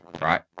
right